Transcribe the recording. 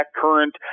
current